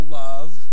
love